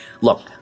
look